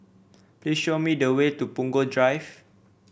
please show me the way to Punggol Drive